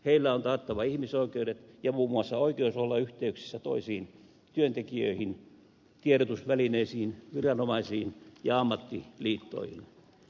heille on taattava ihmisoikeudet ja muun muassa oikeus olla yhteyksissä toisiin työntekijöihin tiedotusvälineisiin viranomaisiin ja ammattiliittoihin